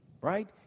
right